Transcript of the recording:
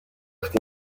afite